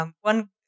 One